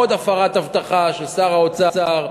עוד הפרת הבטחה של שר האוצר,